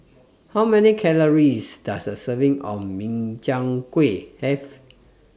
How Many Calories Does A Serving of Min Chiang Kueh Have